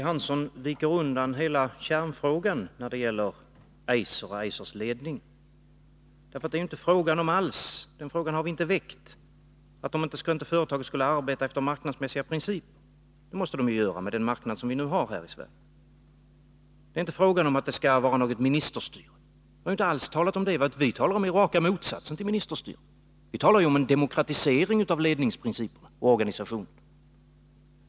Herr talman! När det gäller Eiser och dess ledning viker Lilly Hansson undan från hela kärnfrågan. Det är inte alls fråga om att företaget inte skall arbeta efter marknadsmässiga principer — den frågan har vi inte väckt. Det måste de göra med den marknad vi nu har här i Sverige. Det är inte fråga om något ministerstyre. Vi har inte alls talat om det. Vi talar om raka motsatsen till ministerstyre. Vi talar om en demokratisering av ledningsprinciper och organisation.